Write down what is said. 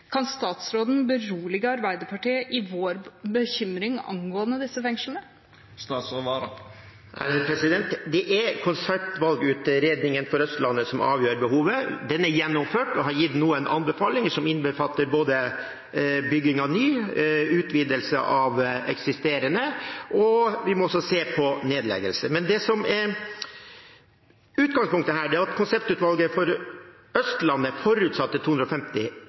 Kan statsråden berolige oss i Arbeiderpartiet i vår bekymring angående disse fengslene? Det er konseptvalgutredningen for Østlandet som avgjør behovet. Den er gjennomført og har gitt noen anbefalinger, som innbefatter både bygging av nytt og utvidelse av eksisterende. Vi må også se på nedleggelser. Det som er utgangspunktet her, er at konseptvalgutredningen for Østlandet forutsatte 250 plasser i Oslo. Det